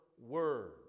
word